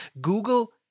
Google